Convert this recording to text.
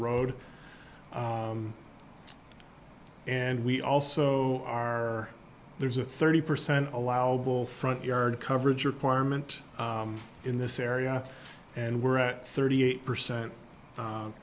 road and we also are there's a thirty percent allow both front yard coverage requirement in this area and we're at thirty eight percent